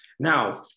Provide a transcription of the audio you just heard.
Now